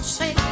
say